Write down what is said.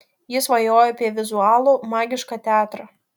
ji svajojo apie vizualų magišką teatrą